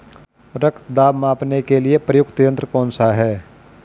रक्त दाब मापने के लिए प्रयुक्त यंत्र कौन सा है?